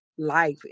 Life